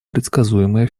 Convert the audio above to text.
предсказуемое